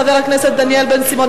חבר הכנסת דניאל בן-סימון,